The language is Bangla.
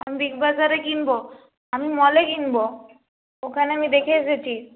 আমি বিগ বাজারে কিনবো আমি মলে কিনবো ওখানে আমি দেখে এসেছি